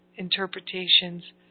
interpretations